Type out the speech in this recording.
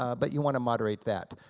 ah but you want to moderate that.